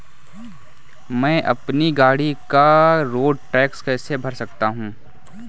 मैं अपनी गाड़ी का रोड टैक्स कैसे भर सकता हूँ?